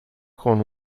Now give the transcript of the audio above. con